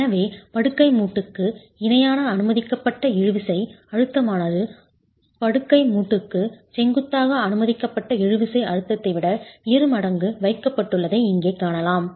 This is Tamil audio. எனவே படுக்கை மூட்டுக்கு இணையான அனுமதிக்கப்பட்ட இழுவிசை அழுத்தமானது படுக்கை மூட்டுக்கு செங்குத்தாக அனுமதிக்கப்பட்ட இழுவிசை அழுத்தத்தை விட இருமடங்கு வைக்கப்பட்டுள்ளதை இங்கே காணலாம்